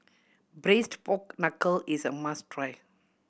Braised Pork Knuckle is a must try